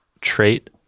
trait